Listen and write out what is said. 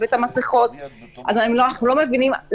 אתם בטח יודעים שכל הנושא הזה של האימון